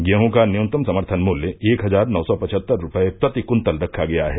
गेहूँ का न्यूनतम समर्थन मूल्य एक हजार नौ सौ पचहत्तर रूपये प्रति कुन्तल रखा गया है